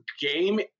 game